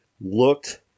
looked